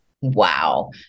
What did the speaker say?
Wow